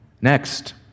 Next